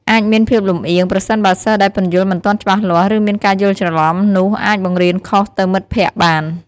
អាចមានភាពលំអៀង ប្រសិនបើសិស្សដែលពន្យល់មិនទាន់ច្បាស់លាស់ ឬមានការយល់ច្រឡំ នោះអាចបង្រៀនខុសទៅមិត្តភក្តិបាន។